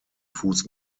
fuß